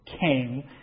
came